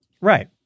right